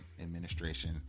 administration